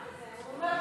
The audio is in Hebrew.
מה את רוצה,